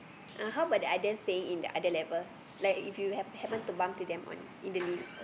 uh how about the other say in the other levels like if you hap~ happen to bump into them on in the lift